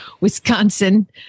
Wisconsin